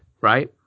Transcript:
right